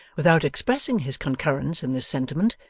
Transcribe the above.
without expressing his concurrence in this sentiment,